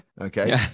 okay